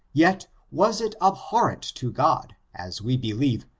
yet was it abhorrent to god, as we believe,